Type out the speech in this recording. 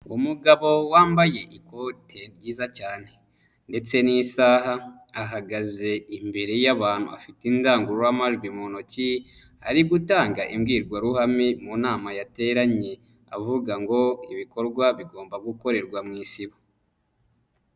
Umugabo wambaye ikote ryiza cyane ndetse n'isaha, ahagaze imbere y'abantu afite indangururamajwi mu ntoki, ari gutanga imbwirwaruhame mu nama yateranye avuga ngo '' ibikorwa bigomba gukorerwa mu isibo''.